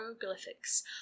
hieroglyphics